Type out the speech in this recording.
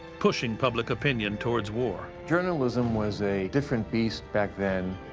pushing public opinion towards war. journalism was a different beast back then.